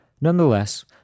Nonetheless